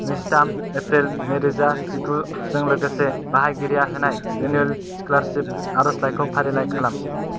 नैजिथाम एप्रिल नैरोजा जिगु जों लोगोसे बाहायगिरिया होनाय रिनिउयेल स्कलारसिप आरजलाइखौ फारिलाइ खालाम